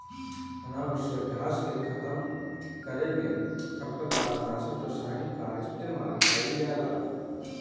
अनावश्यक घास के खतम करे में खरपतवार नाशक रसायन कअ इस्तेमाल कइल जाला